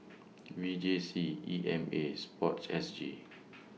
V J C E M A and Sports S G